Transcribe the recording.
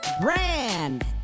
Brand